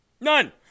None